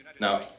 Now